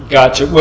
Gotcha